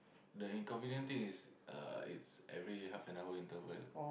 the inconvenient thing is uh it's every half an hour interval